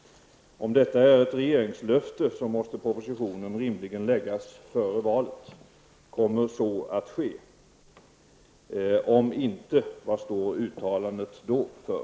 Om detta är ett regeringslöfte, måste propositionen rimligen läggas före valet, kommer så att ske? Om inte, vad står uttalandet då för?